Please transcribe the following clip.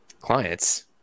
clients